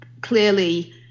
Clearly